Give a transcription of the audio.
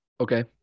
Okay